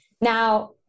Now